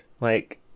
Like-